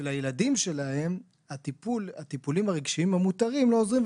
שלילדים שלהם הטיפולים הרגשיים המותרים לא עוזרים,